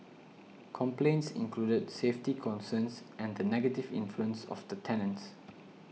complaints included safety concerns and the negative influence of the tenants